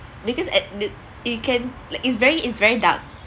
because at the it can like it's very it's very dark